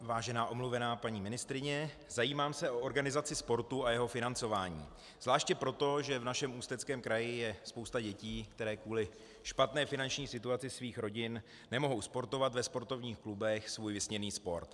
Vážená omluvená paní ministryně, zajímám se o organizaci sportu a jeho financování, zvláště proto, že v našem Ústeckém kraji je spousta dětí, které kvůli špatné finanční situaci svých rodin nemohou sportovat ve sportovních klubech svůj vysněný sport.